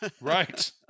Right